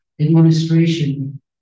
administration